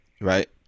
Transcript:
Right